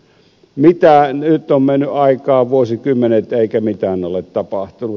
nyt on mennyt aikaa vuosikymmenet eikä mitään ole tapahtunut